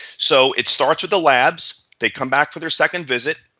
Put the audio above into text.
so it starts with the labs. they come back for their second visit.